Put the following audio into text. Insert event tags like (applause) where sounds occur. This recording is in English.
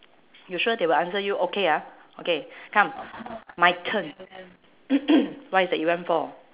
you sure they will answer you okay ah okay come my turn (coughs) what is the event for